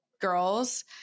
girls